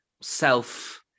self